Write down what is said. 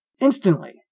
instantly